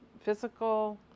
physical